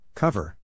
Cover